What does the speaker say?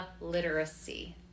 literacy